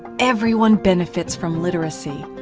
everyone benefits from literacy.